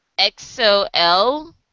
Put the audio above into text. XOL